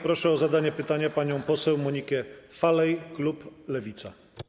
Proszę o zadanie pytania panią poseł Monikę Falej, klub Lewica.